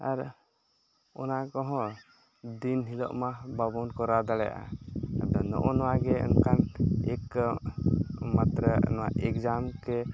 ᱟᱨ ᱚᱱᱟ ᱠᱚᱦᱚᱸ ᱫᱤᱱ ᱦᱤᱞᱳᱜ ᱢᱟ ᱵᱟᱵᱚᱱ ᱠᱚᱨᱟᱣ ᱫᱟᱲᱮᱭᱟᱜᱼᱟ ᱟᱫᱚ ᱱᱚᱜ ᱚ ᱱᱚᱣᱟᱜᱮ ᱚᱝᱠᱟᱱ ᱮᱠ ᱢᱟᱛᱨᱚ ᱱᱚᱣᱟ ᱮᱠᱡᱟᱢ ᱜᱮ